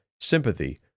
sympathy